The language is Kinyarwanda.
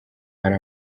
hari